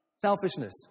selfishness